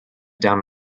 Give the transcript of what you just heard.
down